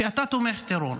שהוא תומך טרור,